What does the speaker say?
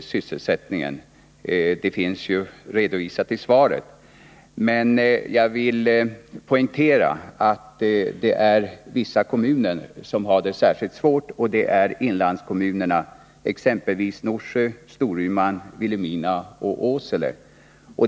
sysselsättningen — det finns ju redovisat i svaret. Men jag vill poängtera att det är vissa kommuner som har det särskilt svårt, och det är inlandskommunerna, exempelvis Norsjö, Storuman, Vilhelmina och Åsele.